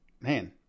man